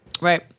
Right